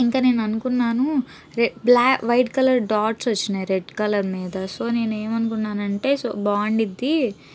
ఇంకా నేను అనుకున్నాను రె బ్లా వైట్ కలర్ డాట్స్ వచ్చినాయి రెడ్ కలర్ మీద సో నేను ఏమనుకున్నానంటే బావుండిద్ది